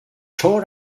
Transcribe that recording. tore